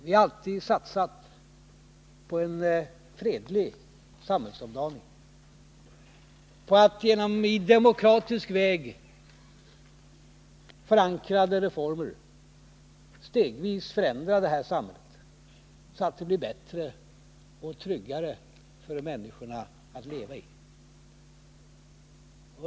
Vi har alltid satsat på en fredlig samhällsomdaning, på att genom demokratiskt förankrade reformer stegvis förändra det här samhället, så att det blir bättre och tryggare för människorna att leva i.